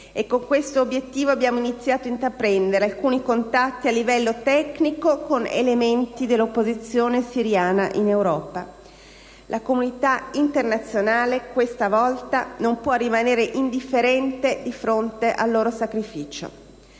e con questo obiettivo abbiamo iniziato ad intraprendere alcuni contatti a livello tecnico con elementi dell'opposizione siriana in Europa. La comunità internazionale questa volta non può rimanere indifferente di fronte ai loro sacrifici.